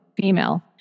female